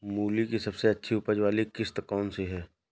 मूली की सबसे अच्छी उपज वाली किश्त कौन सी है?